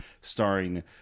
starring